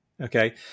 Okay